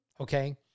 Okay